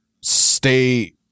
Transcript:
stay